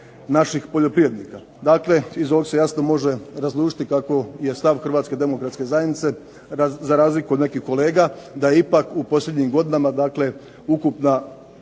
Hrvatskih poljoprivrednika. Dakle, iz ovog se jasno može razlučiti kako je stav Hrvatske demokratske zajednice za razliku od nekih kolega da ipak u posljednjim godinama ukupni